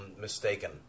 mistaken